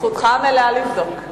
זכותך המלאה לבדוק.